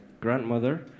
grandmother